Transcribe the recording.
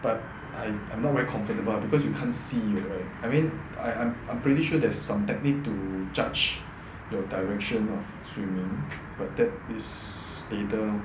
but I I am not very comfortable because you can't see uh I mean I I'm I'm pretty sure there's some technique to judge your direction of swimming but that is later on